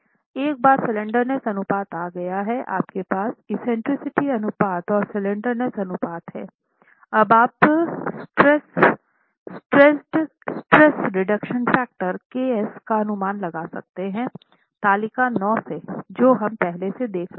एक बार स्लैंडरनेस अनुपात आ गया है आपके पास एक्सेंट्रिसिटी अनुपात और स्लैंडरनेस अनुपात है अब आप stressed stress reduction factor ks का अनुमान लगा सकते हैं तालिका 9 से जो हम पहले से देख रहे थे